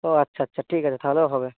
ও আচ্ছা আচ্ছা ঠিক আছে তাহলেও হবে